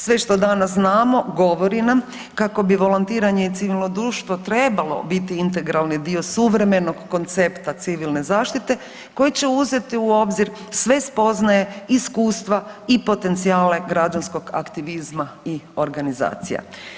Sve što danas znamo govori nam kako bi volontiranje i civilno društvo trebalo biti integralni dio suvremenog koncepta civilne zaštite koji će uzeti u obzir sve spoznaje, iskustva i potencijale građanskog aktivizma i organizacija.